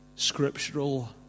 scriptural